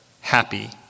happy